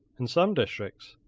in some districts,